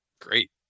great